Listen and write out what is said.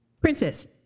Princess